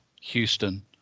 Houston